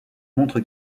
montre